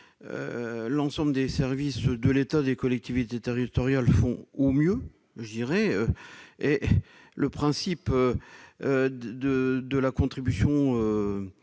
l'ensemble des services de l'État et des collectivités territoriales font au mieux. Le système de la contribution